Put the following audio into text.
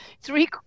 three